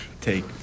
take